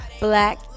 Black